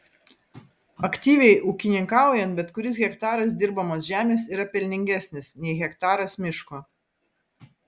aktyviai ūkininkaujant bet kuris hektaras dirbamos žemės yra pelningesnis nei hektaras miško